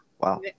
Wow